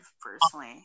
personally